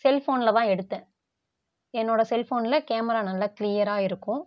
செல்ஃபோனில் தான் எடுத்தேன் என்னோட செல்ஃபோனில் கேமரா நல்லா க்ளியராக இருக்கும்